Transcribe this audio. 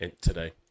today